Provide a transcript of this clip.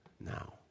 now